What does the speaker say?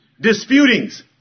disputings